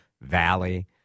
Valley